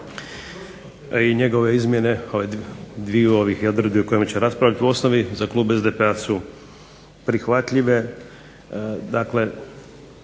i njegove izmjene dviju ovih odredbi o kojima ćemo raspravljati u osnovi za klub SDP-a su prihvatljive,